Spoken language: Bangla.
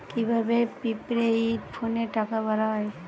কি ভাবে প্রিপেইড ফোনে টাকা ভরা হয়?